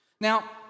Now